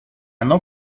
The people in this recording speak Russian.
оно